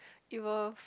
it will